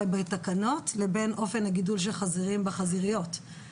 בתקנות לבין אופן הגידול של החזירים בחזיריות.